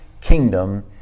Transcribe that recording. kingdom